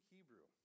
Hebrew